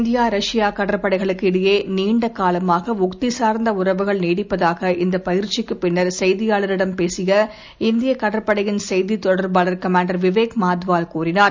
India ரஷ்பா கடற்படைகளுக்கு இடையே நீண்டகாலமாக உக்தி சார்ந்த உறவுகள் நீடிப்பதாக இந்தப் பயிற்சிக்குப் பின்னர் செய்தியாளர்களிடம் பேசிய இந்திய கடற்படையின் செய்தி தொடர்பாளர் கமாண்டர் விவேக் மாத்வால் கூறினார்